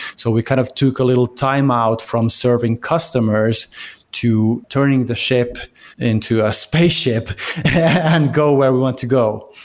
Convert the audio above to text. so we kind of took a little time out from serving customers to turning the ship into a spaceship and go where we want to go.